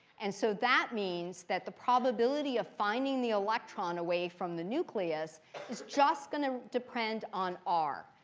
and so that means that the probability of finding the electron away from the nucleus is just going to depend on r.